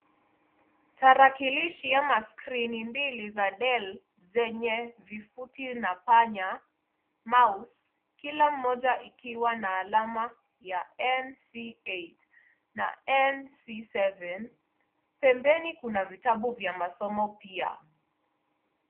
Tarakilishi ama skrini mbili za Dell zenye vifuti na panya mouse kila moja ikiwa na alama ya NC8 na NC7, pembeni kuna vitabu vya masomo pia.